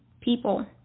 people